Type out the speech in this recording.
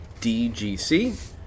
DGC